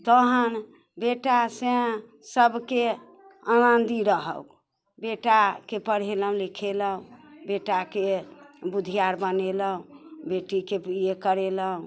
तखन बेटा साँए सभके आनन्दी रहौक बेटाकेँ पढ़ेलहुँ लिखेलहुँ बेटाकेँ बुधियार बनेलहुँ बेटीके बी ए करेलहुँ